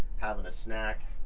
having a snack.